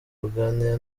kuganira